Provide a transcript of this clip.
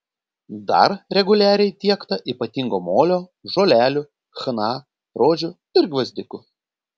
dar reguliariai tiekta ypatingo molio žolelių chna rožių ir gvazdikų